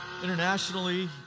Internationally